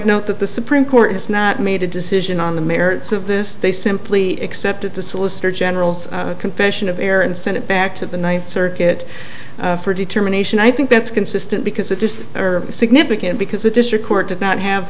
note that the supreme court has not made a decision on the merits of this they simply except at the solicitor general's confession of error and sent it back to the ninth circuit for determination i think that's consistent because it just are significant because the district court did not have